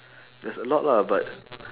there's a lot lah but